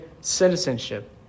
citizenship